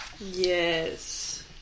Yes